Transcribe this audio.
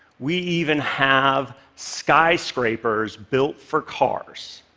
we even have skyscrapers built for cars.